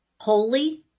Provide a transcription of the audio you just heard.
holy